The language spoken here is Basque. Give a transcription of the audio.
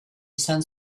izan